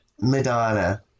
Madonna